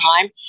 time